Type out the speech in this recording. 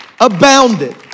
abounded